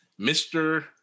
Mr